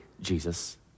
Jesus